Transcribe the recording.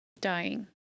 Dying